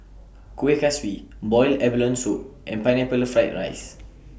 Kuih Kaswi boiled abalone Soup and Pineapple Fried Rice